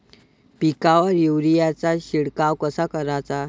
पिकावर युरीया चा शिडकाव कसा कराचा?